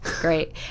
Great